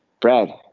Brad